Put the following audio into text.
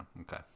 Okay